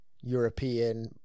European